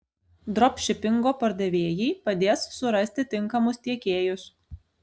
dropšipingo pardavėjai padės surasti tinkamus tiekėjus